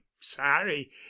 sorry